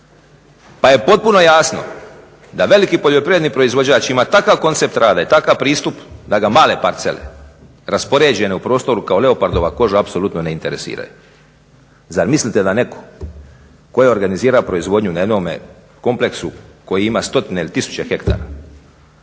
Pa je potpuno jasno da veliki poljoprivredni proizvođač ima takav koncept rada i takav pristup da ga male parcele raspoređene u prostoru kao leopardova koža apsolutno ne interesiraju. Zar mislite da netko tko organizira proizvodnju na jednome kompleksu koji ima stotine ili tisuće hektara